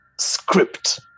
script